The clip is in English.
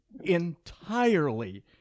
entirely